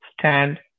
stand